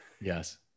yes